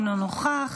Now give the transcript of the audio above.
אינו נוכח,